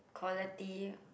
positive